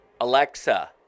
Alexa